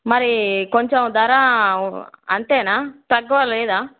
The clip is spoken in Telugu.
మరి కొంచెం ధర అంతేనా తక్కువ లేదా